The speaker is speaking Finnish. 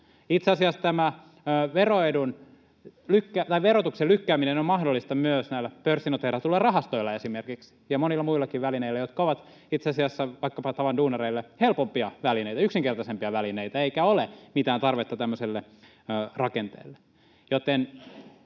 Itse asiassa tämä verotuksen lykkääminen on mahdollista myös esimerkiksi näillä pörssinoteeratuilla rahastoilla ja monilla muillakin välineillä, jotka ovat itse asiassa vaikkapa tavan duunareille helpompia välineitä, yksinkertaisempia välineitä, eikä ole mitään tarvetta tämmöiselle rakenteelle.